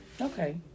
Okay